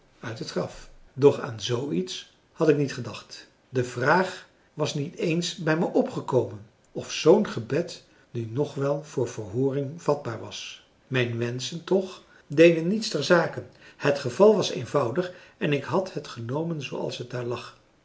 uit het graf doch aan zoo iets had ik niet gedacht de vraag was niet eens bij mij opgekomen of zoo'n gebed nu nog wel voor verhooring vatbaar was mijn wenschen toch deden niets ter zake het geval was eenvoudig en ik had het genomen zooals het daar lag